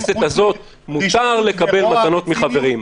----- שאמר לכולם בכנסת הזאת מותר לקבל מתנות מחברים.